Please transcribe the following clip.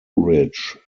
ridge